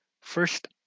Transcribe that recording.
first